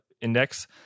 index